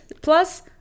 Plus